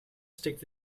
steekt